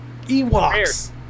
Ewoks